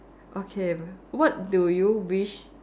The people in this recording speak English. okay what do you wish